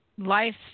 Life